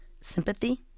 Sympathy